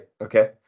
Okay